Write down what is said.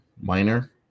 Minor